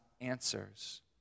answers